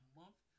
month